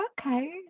okay